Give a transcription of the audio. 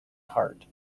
hart